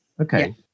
Okay